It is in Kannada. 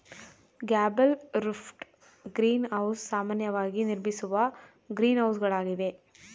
ಗ್ಯಾಬಲ್ ರುಫ್ಡ್ ಗ್ರೀನ್ ಹೌಸ್ ಸಾಮಾನ್ಯವಾಗಿ ನಿರ್ಮಿಸುವ ಗ್ರೀನ್ಹೌಸಗಳಾಗಿವೆ